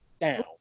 down